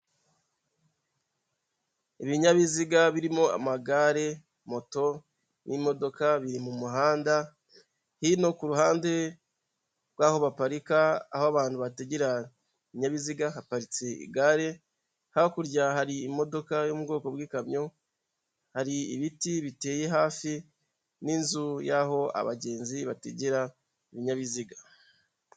Ibinyabiziga birimo amagare, moto n'imodoka biri mu muhanda, hino ku ruhande rw'aho baparika, aho abantu bategera ibyabiziga haparitse igare, hakurya hari imodoka yo mu bwoko bw'ikamyo, hari ibiti biteye hafi n'inzu y'aho abagenzi bategera ibinyabiziga.